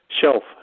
shelf